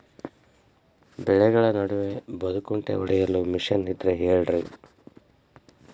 ಬೆಳೆಗಳ ನಡುವೆ ಬದೆಕುಂಟೆ ಹೊಡೆಯಲು ಮಿಷನ್ ಇದ್ದರೆ ಹೇಳಿರಿ